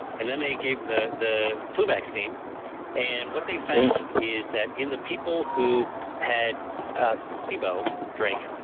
and then they gave the the flu vaccine and what they found is that in the people who had the placebo drink,